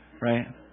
Right